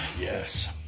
yes